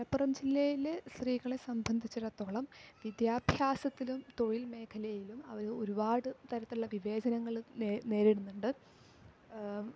മലപ്പുറം ജില്ലയിൽ സ്ത്രികളെ സംബന്ധിച്ചിടത്തോളം വിദ്യാഭ്യാസത്തിലും തൊഴിൽ മേഖലയിലും അവർ ഒരുപാട് തരത്തിലുള്ള വിവേചനങ്ങൾ നേരിടുന്നുണ്ട്